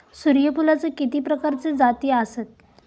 सूर्यफूलाचे किती प्रकारचे जाती आसत?